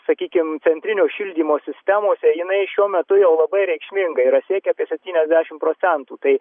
sakykim centrinio šildymo sistemose jinai šiuo metu jau labai reikšminga yra siekia apie septyniasdešim procentų tai